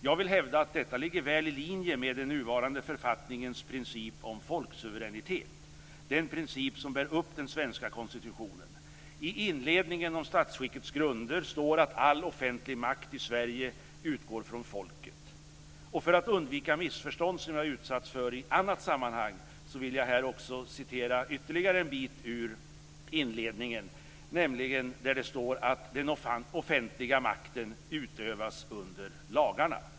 Jag vill hävda att detta ligger väl i linje med den nuvarande författningens princip om folksuveränitet - den princip som bär upp den svenska konstitutionen. I inledningen av kapitlet om statsskickets grunder står att "All offentlig makt i Sverige utgår från folket." För att undvika missförstånd, som jag har utsatts för i annat sammanhang, vill jag här också citera ytterligare en bit ur inledningen, nämligen där det står att "Den offentliga makten utövas under lagarna."